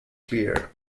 clear